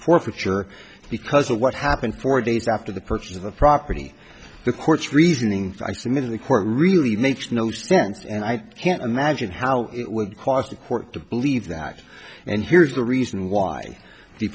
forfeiture because of what happened four days after the purchase of the property the court's reasoning i submit the court really makes no sense and i can't imagine how it would cost a court to believe that and here's the reason why the